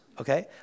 okay